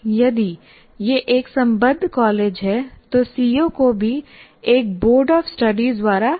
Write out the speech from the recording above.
यदि यह एक संबद्ध कॉलेज है तो सीओ को भी एक बोर्ड ऑफ स्टडीज द्वारा लिखा जाता है